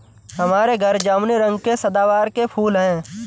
हमारे घर जामुनी रंग के सदाबहार के फूल हैं